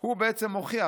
הוא מוכיח,